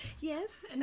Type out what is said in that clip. Yes